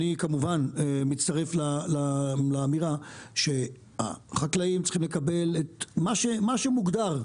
אני כמובן מצטרף לאמירה שהחקלאים צריכים לקבל את מה שמוגדר,